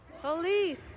Police